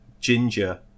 ginger